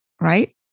right